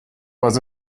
was